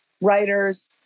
writers